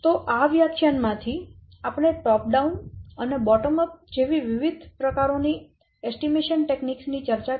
તો આ વ્યાખ્યાન માં આપણે ટોપ ડાઉન અને બોટમ અપ જેવી વિવિધ પ્રકારો ની અંદાજ તકનીકો ની ચર્ચા કરી